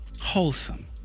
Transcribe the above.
Wholesome